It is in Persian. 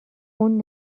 اون